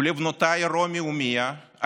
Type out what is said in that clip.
ולבנותיי רומי ומיה,